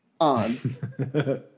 on